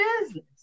business